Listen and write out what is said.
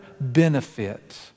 benefit